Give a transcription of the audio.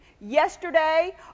yesterday